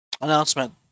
Announcement